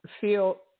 feel